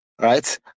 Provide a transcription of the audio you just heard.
right